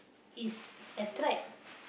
is attract